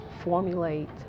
formulate